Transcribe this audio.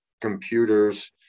computers